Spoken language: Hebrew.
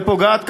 ופוגעת,